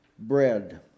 bread